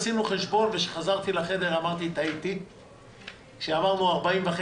עשינו חשבון וכשחזרתי לחדר אמרתי טעיתי כשאמרנו 40.5